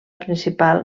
principal